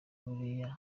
buriya